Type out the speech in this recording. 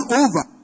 over